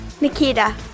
Nikita